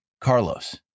Carlos